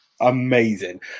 amazing